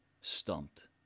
stumped